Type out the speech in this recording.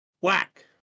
Whack